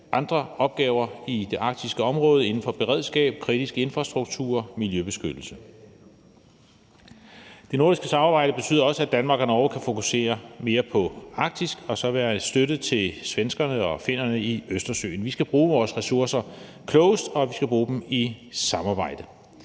andre opgaver i det arktiske område inden for beredskab, kritisk infrastruktur og miljøbeskyttelse. Det nordiske samarbejde betyder også, at Danmark og Norge kan fokusere mere på Arktis og så være en støtte for svenskerne og finnerne i Østersøen. Vi skal bruge vores ressourcer klogest, og vi skal bruge dem i samarbejde.